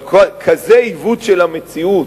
כזה עיוות של המציאות.